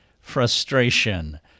frustration